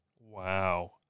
Wow